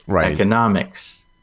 economics